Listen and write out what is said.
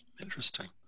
Interesting